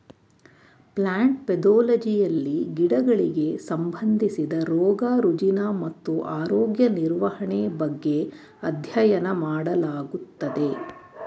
plant ಪೆದೊಲಜಿಯಲ್ಲಿ ಗಿಡಗಳಿಗೆ ಸಂಬಂಧಿಸಿದ ರೋಗ ರುಜಿನ ಮತ್ತು ಆರೋಗ್ಯ ನಿರ್ವಹಣೆ ಬಗ್ಗೆ ಅಧ್ಯಯನ ಮಾಡಲಾಗುತ್ತದೆ